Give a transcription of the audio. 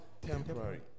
temporary